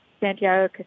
Santiago